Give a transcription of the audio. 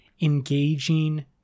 engaging